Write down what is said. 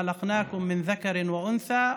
בראנו אתכם מתוך זכר ונקבה,